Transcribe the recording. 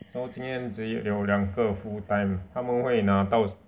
然后今天只有两个 full time 他们会拿到